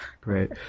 Great